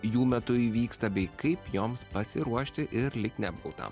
jų metu įvyksta bei kaip joms pasiruošti ir lyg nebūta